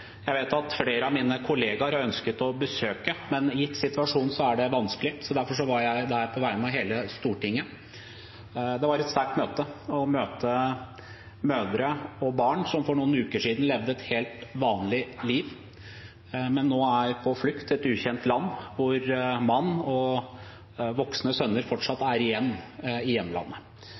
Jeg vet at flere av mine kollegaer har ønsket å besøke det, men gitt situasjonen er det vanskelig. Derfor var jeg der på vegne av hele Stortinget. Det var et sterkt møte, å møte mødre og barn som for noen uker siden levde et helt vanlig liv, men nå er på flukt i et ukjent land, og hvor mann og voksne sønner fortsatt er igjen i hjemlandet.